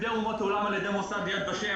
כחסידי אומות עולם על ידי יד ושם.